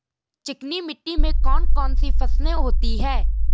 चिकनी मिट्टी में कौन कौन सी फसलें होती हैं?